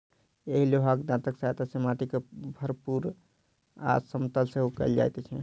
एहि लोहाक दाँतक सहायता सॅ माटि के भूरभूरा आ समतल सेहो कयल जाइत छै